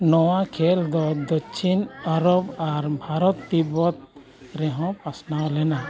ᱱᱚᱣᱟ ᱠᱷᱮᱞ ᱫᱚ ᱫᱚᱠᱷᱤᱱ ᱟᱨᱚᱵ ᱟᱨ ᱵᱷᱟᱨᱚᱛ ᱛᱤᱵᱵᱚᱛ ᱨᱮᱦᱚᱸ ᱯᱟᱥᱱᱟᱣ ᱞᱮᱱᱟ